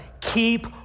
keep